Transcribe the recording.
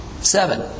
Seven